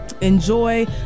enjoy